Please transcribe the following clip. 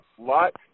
Lots